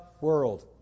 world